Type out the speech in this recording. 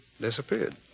disappeared